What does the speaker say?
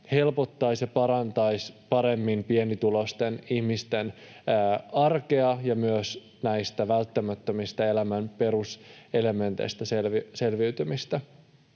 helpottaisi ja parantaisi paremmin pienituloisten ihmisten arkea ja myös näistä välttämättömistä elämän peruselementeistä selviytymistä.